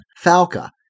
Falca